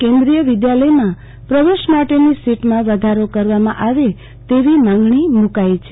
કે ન્દ્રીય વિધાલયમાં પ્રવેશ માટેની સોટમાં વધારો કરાવમાં આવે તેવી માંગણી મુકાઈ છે